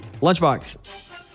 Lunchbox